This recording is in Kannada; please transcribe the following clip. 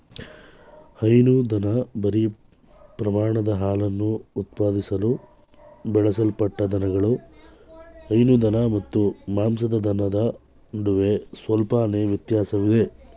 ಹೈನುದನ ಭಾರೀ ಪ್ರಮಾಣದ ಹಾಲನ್ನು ಉತ್ಪಾದಿಸಲು ಬೆಳೆಸಲ್ಪಟ್ಟ ದನಗಳು ಹೈನು ದನ ಮತ್ತು ಮಾಂಸದ ದನದ ನಡುವೆ ಸ್ವಲ್ಪವೇ ವ್ಯತ್ಯಾಸವಿದೆ